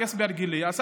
קייס ביאדגלין,